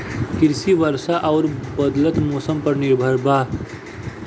कृषि वर्षा आउर बदलत मौसम पर निर्भर बा